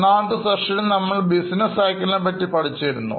ഒന്നാമത്തെ സെഷനിൽ നമ്മൾ ബിസിനസ് സൈക്കിളിനെ പറ്റി പഠിച്ചിരുന്നു